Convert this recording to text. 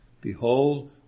Behold